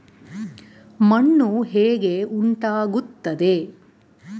ಮಣ್ಣು ಹೇಗೆ ಉಂಟಾಗುತ್ತದೆ?